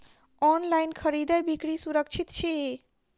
online खरीदै बिक्री सुरक्षित छी